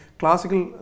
classical